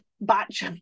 batch